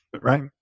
Right